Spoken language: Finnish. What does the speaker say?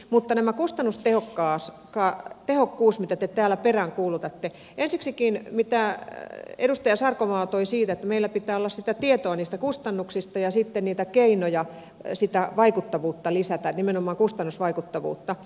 mutta tämä kustannustehokkuus mitä te täällä peräänkuulutatte ensiksikin se mitä edustaja sarkomaa toi esiin siitä että meillä pitää olla sitä tietoa niistä kustannuksista ja sitten niitä keinoja sitä vaikuttavuutta lisätä nimenomaan kustannusvaikuttavuutta